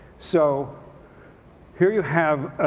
so here you have